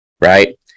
right